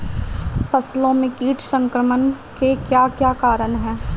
फसलों में कीट संक्रमण के क्या क्या कारण है?